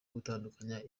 gutandukanya